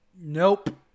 Nope